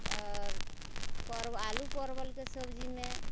आओर पर आलू परवलके सब्जीमे